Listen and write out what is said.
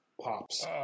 pops